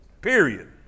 Period